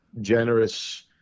generous